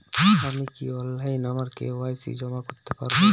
আমি কি অনলাইন আমার কে.ওয়াই.সি জমা করতে পারব?